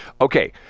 Okay